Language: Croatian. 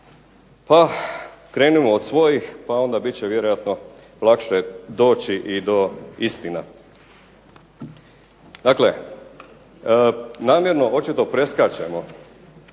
pa krenimo od svojih pa onda bit će vjerojatno lakše doći i do istina. Dakle, namjerno očito preskačemo,